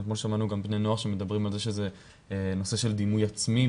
אתמול שמענו בני נוער שמדברים על זה שזה נושא של דימוי עצמי,